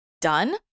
done